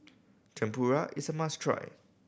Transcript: tempura is must try